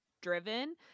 driven